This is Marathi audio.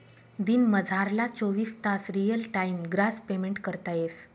दिनमझारला चोवीस तास रियल टाइम ग्रास पेमेंट करता येस